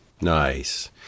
nice